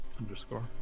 underscore